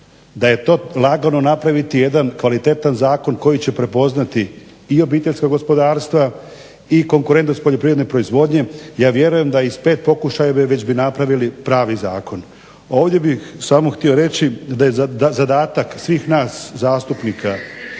Da je to lagano napraviti jedan kvalitetan zakon koji će prepoznati i obiteljska gospodarstva i konkurentnost poljoprivredne proizvodnje ja vjerujem da iz 5 pokušaja već bi napravili pravi zakon. Ovdje bih samo htio reći da je zadatak svih nas zastupnika